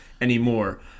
anymore